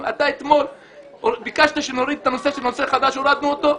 אתמול ביקשת שנוריד את הנושא של נושא חדש הורדנו אותו.